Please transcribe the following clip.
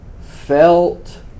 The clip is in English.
felt